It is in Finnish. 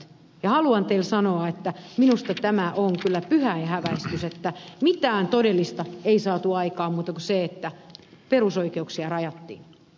ja haluan teille sanoa että minusta on kyllä pyhäinhäväistys että mitään muuta todellista ei saatu aikaan kuin se että perusoikeuksia rajattiin